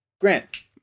Grant